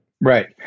Right